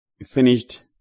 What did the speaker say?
finished